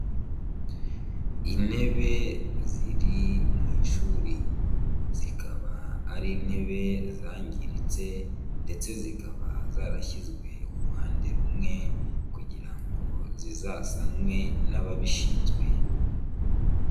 Intebe ziri mu ishuri, zikaba ari intebe zangiritse ndetse zikaba zarashyizwe uruhande rumwe kugira ngo zizasanwe n'ababishinzwe.